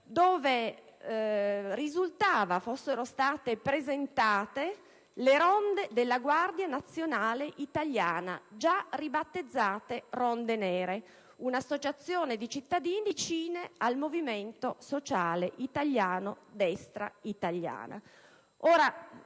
quale risulta che sono state presentate le ronde della Guardia nazionale italiana, già ribattezzate ronde nere, un'associazione di cittadini vicina al Movimento Sociale Italiano-Destra Italiana.